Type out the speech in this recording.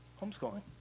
homeschooling